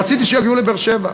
רציתי שיגיעו לבאר-שבע.